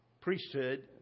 priesthood